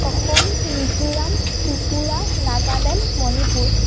Assam Mizoram Tripura Nagaland Manipur